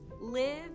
live